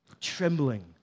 trembling